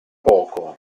poco